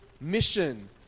mission